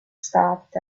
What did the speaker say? stopped